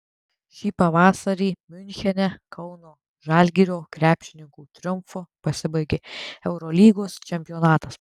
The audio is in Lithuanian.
šį pavasarį miunchene kauno žalgirio krepšininkų triumfu pasibaigė eurolygos čempionatas